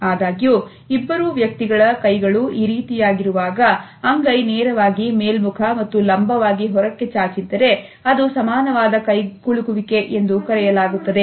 ಆದಾಗ್ಯೂ ಇಬ್ಬರೂ ವ್ಯಕ್ತಿಗಳ ಕೈಗಳು ಈ ರೀತಿಯಾಗಿ ರುವಾಗ ಅಂಗೈ ನೇರವಾಗಿ ಮೇಲ್ಮುಖ ಮತ್ತು ಲಂಬವಾಗಿ ಹೊರಕ್ಕೆ ಚಾಚಿದ್ದರೆ ಅದು ಸಮಾನವಾದ ಕೈಗೊಳ್ಳುವಿಕೆ ಎಂದು ಕರೆಯಲಾಗುತ್ತದೆ